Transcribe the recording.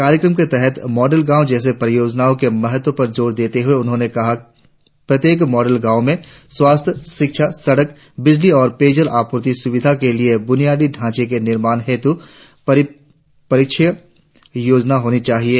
कार्यक्रम के तहत मॉडल गांव जैसे परियोजनाओं के महत्व पर जोर देते हुए उन्होंने कहा प्रत्येक मॉडल गांव में स्वास्थ्यशिक्षा सड़कों बिजली और पेयजल आपूर्ति सुविधा के लिए बुनियादी ढांचे के निर्माण हेतु परिप्रेक्ष योजना होनी चाहिए